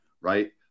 right